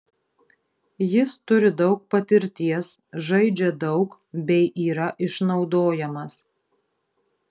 jis turi daug patirties žaidžia daug bei yra išnaudojamas